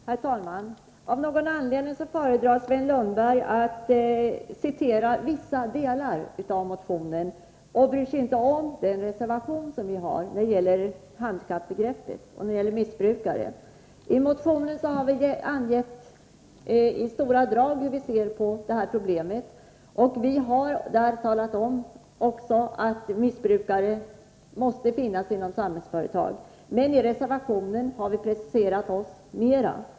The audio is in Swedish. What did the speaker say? Herr talman! Av någon anledning föredrar Sven Lundberg att citera vissa delar av motionen, och han bryr sig inte om den reservation som vi har fogat till betänkandet när det gäller handikappbegreppet och missbrukare. I motionen har vi i stora drag angett hur vi ser på detta problem, och vi har också talat om att missbrukare måste finnas inom Samhällsföretag. Men i reservationen har vi preciserat oss.